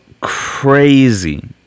crazy